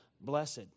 blessed